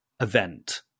event